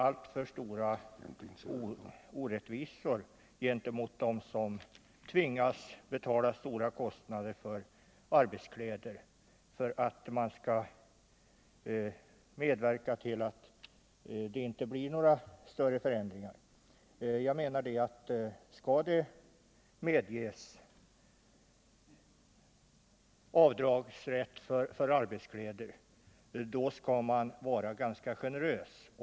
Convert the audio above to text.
Stora orättvisor gentemot dem som tvingas betala höga kostnader för arbetskläder kvarstår. Skall man medge avdragsrätt för arbetskläder, då skall man vara ganska generös.